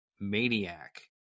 Maniac